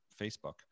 Facebook